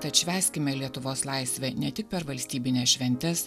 tad švęskime lietuvos laisvę ne tik per valstybines šventes